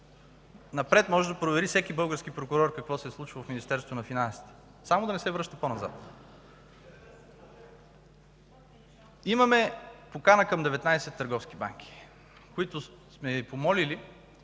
7 ноември напред всеки български прокурор може да провери какво се е случвало в Министерството на финансите, само да не се връща по-назад. Имаме покана към 19 търговски банки, които сме помолили